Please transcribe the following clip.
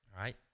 right